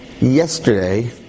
Yesterday